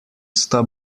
sta